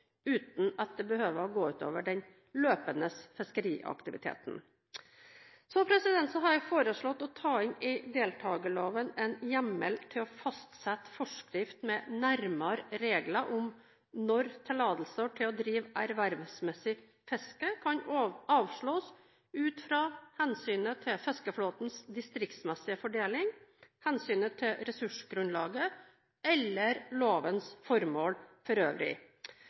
uten at det behøver å gå ut over den løpende fiskeriaktiviteten. Jeg har foreslått å ta inn i deltakerloven en hjemmel til å fastsette forskrift med nærmere regler om når tillatelser til å drive ervervsmessig fiske kan avslås ut fra hensynet til fiskeflåtens distriktsmessige fordeling, hensynet til ressursgrunnlaget eller lovens formål for øvrig.